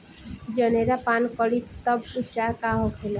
जनेरा पान करी तब उपचार का होखेला?